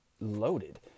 loaded